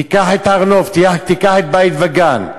תיקח את הר-נוף, תיקח את בית-וגן.